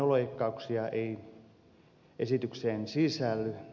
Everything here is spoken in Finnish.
menoleikkauksia ei esitykseen sisälly